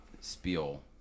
spiel